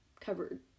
covered